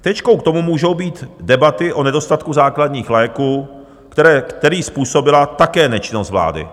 Tečkou k tomu můžou být debaty o nedostatku základních léků, který způsobila také nečinnost vlády.